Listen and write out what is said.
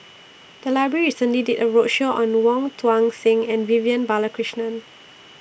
The Library recently did A roadshow on Wong Tuang Seng and Vivian Balakrishnan